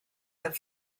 have